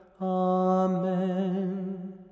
Amen